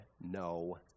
no